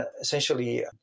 essentially